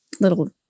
little